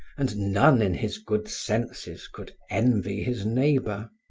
and none in his good senses could envy his neighbor.